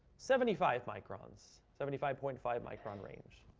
seventy five microns. seventy five point five micron range.